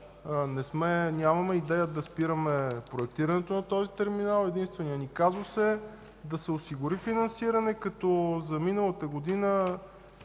нямаме идея да спираме проектирането на този терминал. Единственият ни казус е да се осигури финансиране, като за миналата година